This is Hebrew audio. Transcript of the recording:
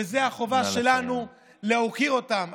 זו החובה שלנו להוקיר אותם.